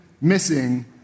missing